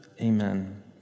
Amen